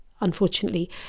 unfortunately